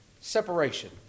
Separation